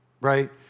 right